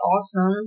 awesome